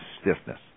stiffness